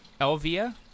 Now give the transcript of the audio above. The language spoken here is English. Elvia